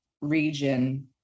region